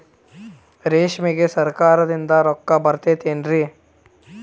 ರೇಷ್ಮೆಗೆ ಸರಕಾರದಿಂದ ರೊಕ್ಕ ಬರತೈತೇನ್ರಿ?